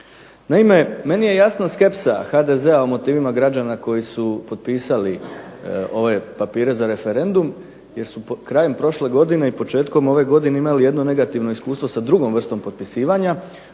Naime, meni je jasna skepsa HDZ-a o motivima građana koji su potpisali ove papire za referendum jer su krajem prošle godine i početkom ove godine imali jedno negativno iskustvo sa drugom vrstom potpisivanja,